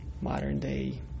modern-day